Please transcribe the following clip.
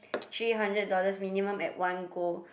three hundred dollars minimum at one go